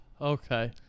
Okay